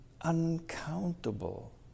uncountable